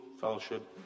fellowship